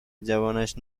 جوانش